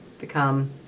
become